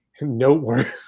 noteworthy